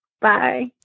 Bye